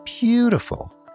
beautiful